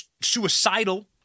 suicidal